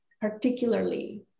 particularly